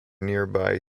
nearby